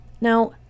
Now